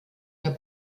der